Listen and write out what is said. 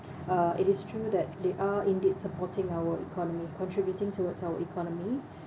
uh it is true that they are indeed supporting our economy contributing towards our economy